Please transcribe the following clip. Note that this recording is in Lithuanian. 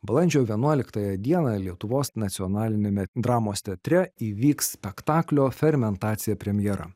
balandžio vienuoliktąją dieną lietuvos nacionaliniame dramos teatre įvyks spektaklio fermentacija premjera